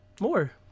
more